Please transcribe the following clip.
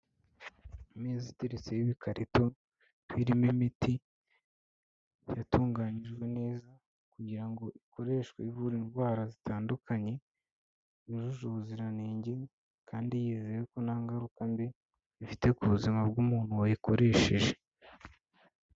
Imeza iteretseho ibikarito birimo imiti, yatunganiyijwe neza kugira ngo ikoreshwe ivura indwara zitandukanye, yujuje ubuziranenge kandi yizewe ko nta ngaruka mbi ifite ku buzima bw'umuntu wayikoresheje.